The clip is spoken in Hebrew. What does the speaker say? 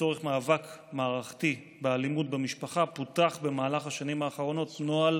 לצורך מאבק מערכתי באלימות במשפחה פותח במהלך השנים האחרונות נוהל